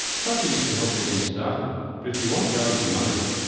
subsidies can help get things started, but if you want value for money,